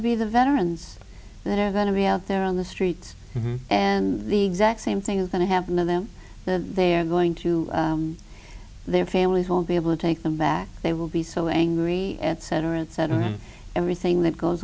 to be the veterans that are going to be out there on the streets and the exact same thing is going to happen to them that they're going to their families won't be able to take them back they will be so angry at cetera et cetera everything that goes